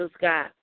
God